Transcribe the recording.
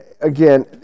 again